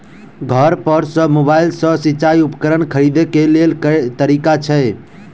घर पर सऽ मोबाइल सऽ सिचाई उपकरण खरीदे केँ लेल केँ तरीका छैय?